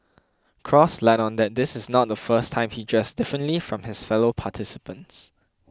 cross let on that this is not the first time he dressed differently from his fellow participants